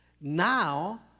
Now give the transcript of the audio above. now